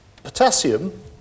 Potassium